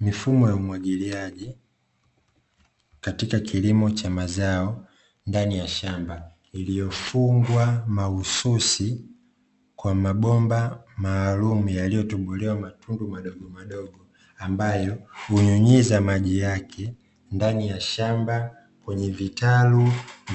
Mifumo ya umwagiliaji katika kilimo cha mazao ndani ya shamba, iliyofungwa mahususi kwa mabomba maalumu yaliyotobolewa matundu madogomadogo, ambayo hunyunyiza maji yake ndani ya shamba kwenye vitalu